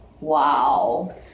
wow